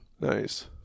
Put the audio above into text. Nice